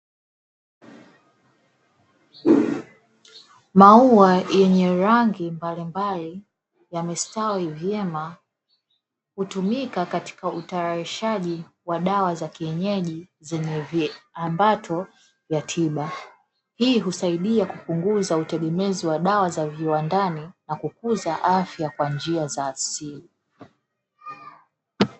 Maua yenye rangi mbalimbali yamestawi vyema, hutumika katika utayarishaji wa dawa za kienyeji zenye viambato vya tiba. Hii husaidia kupunguza utegemezi wa dawa za viwandani, na kukuza afya kwa njia za asili.